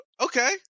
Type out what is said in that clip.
Okay